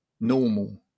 normal